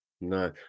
No